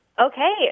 Okay